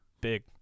big